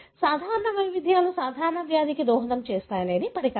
సాధారణ వైవిధ్యాలు సాధారణ వ్యాధికి దోహదం చేస్తాయని పరికల్పన